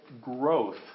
growth